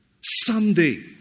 Someday